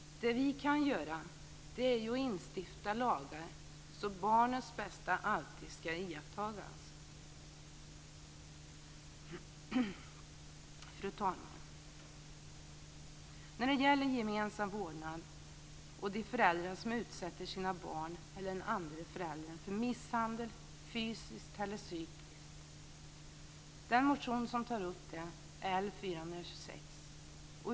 Det vi kan göra är att stifta lagar så att barnets bästa alltid ska iakttas. Fru talman! Motion L426 tar upp gemensam vårdnad och de föräldrar som utsätter sina barn eller den andra föräldern för fysisk eller psykisk misshandel.